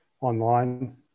online